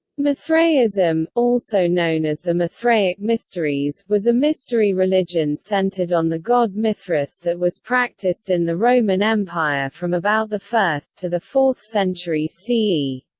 mithraism, also known as the mithraic mysteries, was a mystery religion centered on the god mithras that was practiced in the roman empire from about the first to the fourth century ce.